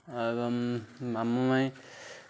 ଏବଂ ମାମୁଁ ମାଇଁ